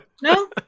no